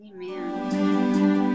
Amen